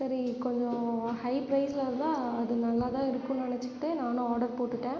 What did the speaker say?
சரி கொஞ்சம் ஹை ப்ரைஸில் இருந்தால் அது நல்லாதான் இருக்குன்னு நினச்சுக்கிட்டு நானும் ஆர்டர் போட்டுகிட்டேன்